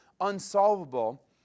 unsolvable